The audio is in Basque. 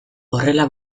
horrela